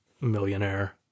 millionaire